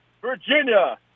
Virginia